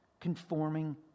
conforming